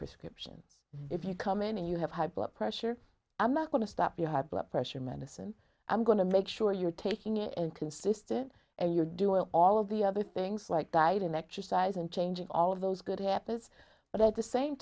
prescription if you come in and you have high blood pressure i'm not going to stop your high blood pressure medicine i'm going to make sure you're taking and consistent and you're doing all of the other things like that and exercise and changing all of those good habits but at the same